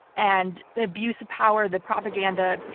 and the abuse of power, the propaganda,